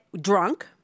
drunk